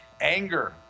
anger